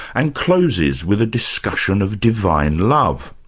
and closes with a discussion of divine love.